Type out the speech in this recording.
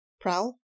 Prowl